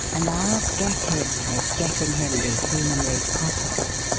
and i'll get him if getting him be humanly possible.